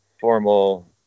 formal